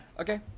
Okay